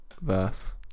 verse